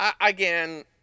again